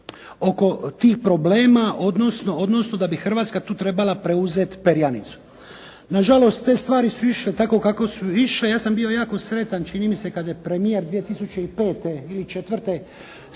oko tih problema, odnosno da bi Hrvatska tu trebala preuzeti perjanicu. Na žalost, te stvari su išle tako kako su išle. Ja sam bio jako sretan, čini mi se kada je premijer 2005. ili 2004.